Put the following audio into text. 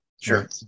Sure